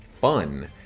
fun